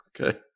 Okay